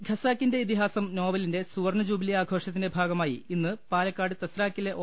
ഖസാക്കിന്റെ ഇതിഹാസം നോവലിന്റെ സുവർണ ജൂബിലി ആഘോഷത്തിന്റെ ഭാഗമായി ഇന്ന് പാലക്കാട് ത്രസാക്കിലെ ഒ